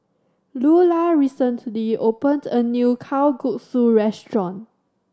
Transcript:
Lula recently opened a new Kalguksu restaurant